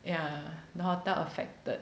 ya the hotel affected